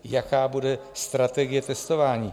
Jaká bude strategie testování?